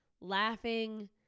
laughing